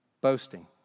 boasting